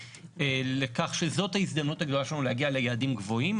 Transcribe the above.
לכך שזאת ההזדמנות הגדולה שלנו להגיע ליעדים גבוהים,